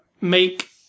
make